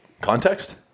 context